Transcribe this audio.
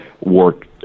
work